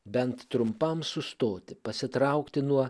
bent trumpam sustoti pasitraukti nuo